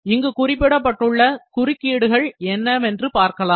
இங்கு குறிப்பிடப்பட்டுள்ள குறுக்கீடுகள் என்ன என்று பார்க்கலாம்